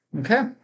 Okay